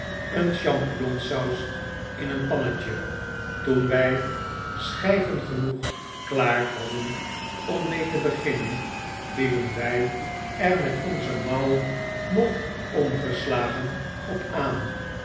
een champignonsaus in een pannetje toen wij schijven genoeg klaar hadden om mee te beginnen vielen wij er met onze mouwen nog omgeslagen op aan